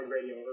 Radio